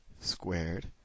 squared